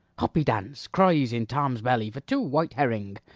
hoppedance cries in tom's belly for two white herring.